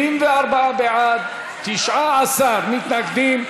74 בעד, 19 מתנגדים.